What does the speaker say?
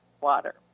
water